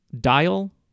Dial